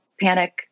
panic